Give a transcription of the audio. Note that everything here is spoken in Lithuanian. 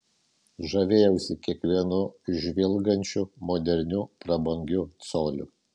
žavėjausi kiekvienu žvilgančiu moderniu prabangiu coliu